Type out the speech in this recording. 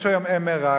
יש היום MRI,